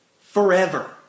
forever